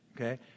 Okay